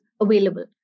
available